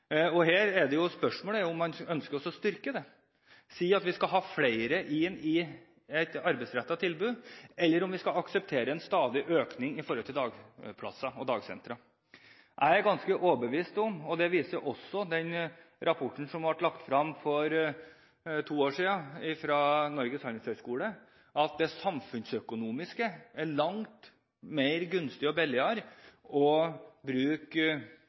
ned. Her er spørsmålet om man ønsker å styrke det, å si at man skal ha flere inn i et arbeidsrettet tilbud, eller om vi skal akseptere en stadig økning når det gjelder dagplasser og dagsentre. Jeg er ganske overbevist om – og det viser også den rapporten som ble lagt frem for to år siden ved Norges Handelshøyskole – at det samfunnsøkonomisk er langt mer gunstig og